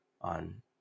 on